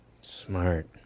Smart